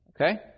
Okay